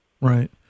Right